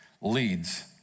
leads